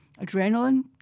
adrenaline